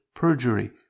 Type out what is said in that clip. perjury